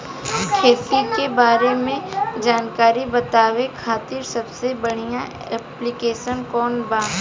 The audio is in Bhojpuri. खेती के बारे में जानकारी बतावे खातिर सबसे बढ़िया ऐप्लिकेशन कौन बा?